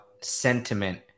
sentiment